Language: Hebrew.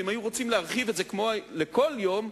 ואם היו רוצים להרחיב את זה לכל יום,